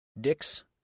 Dix